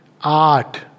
Art